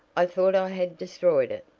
i thought i had destroyed it.